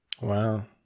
Wow